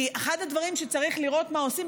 כי אחד הדברים שבהם צריך לראות מה עושים,